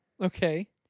Okay